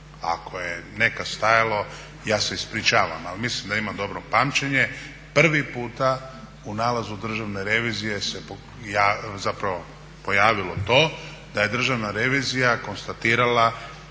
Ako je nekad stajalo ja se ispričavam, ali mislim da imam dobro pamćenje. Prvi puta u nalazu Državne revizije se zapravo pojavilo to da je Državna revizija konstatirala